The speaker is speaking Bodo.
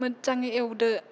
मोजाङै एवदो